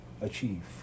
achieve